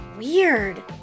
Weird